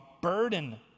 burden